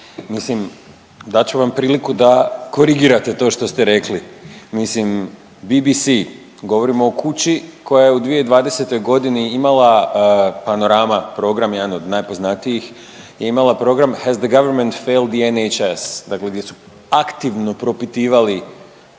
Mislim, dat ću vam priliku da korigirate to što ste rekli. Mislim, BBC, govorimo o kući koja je u 2020. g. imala Panorama program, jedan od najpoznatijih je imala program Has the Government failed the NHS?, dakle gdje su aktivno propitivali